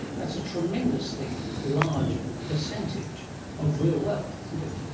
that's a tremendously large percentage of real wealth, isn't it?